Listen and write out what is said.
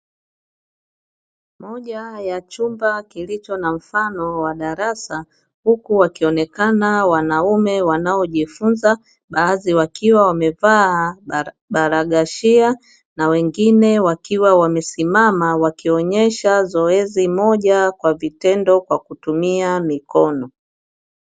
Moja ya chumba kilicho na mfano wa darasa huku wakionekana wanaume wanaojifunza baadhi wakiwa wamevaa barakashia na wengine wakiwa wamesimama wakionyesha zoezi moja kwa vitendo kwa kutumia mikono.